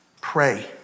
Pray